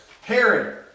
Herod